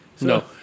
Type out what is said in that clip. No